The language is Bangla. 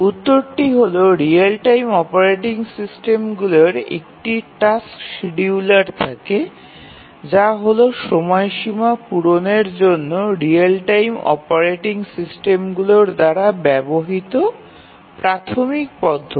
উত্তরটি হল রিয়েল টাইম অপারেটিং সিস্টেমগুলির একটি টাস্ক্ সিডিউলার থাকে যা হল সময়সীমা পূরণের জন্য রিয়েল টাইম অপারেটিং সিস্টেমগুলির দ্বারা ব্যবহৃত প্রাথমিক পদ্ধতি